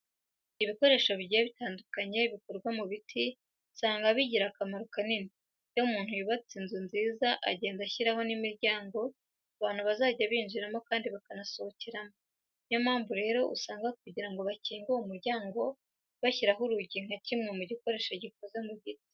Ibikoresho bigiye bitandukanye bikorwa mu biti usanga bigira akamaro kanini. Iyo umuntu yubatse inzu nziza agenda ashyiraho n'imiryango abantu bazajya binjiriramo kandi bakanasohokeramo. Niyo mpamvu rero usanga kugira ngo bakinge uwo muryango bashyiraho urugi nka kimwe mu gikoresho gikoze mu giti.